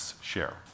share